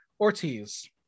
Ortiz